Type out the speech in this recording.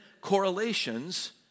correlations